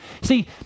See